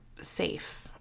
safe